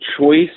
choice